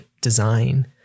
design